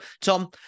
Tom